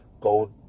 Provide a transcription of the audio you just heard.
go